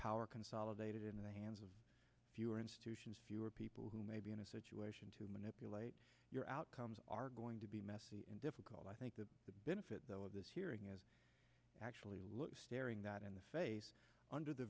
power consolidated in the hands of fewer institutions fewer people who may be in a situation to manipulate your outcomes are going to be messy and difficult i think that the benefit though of this hearing is actually look staring that in the face under the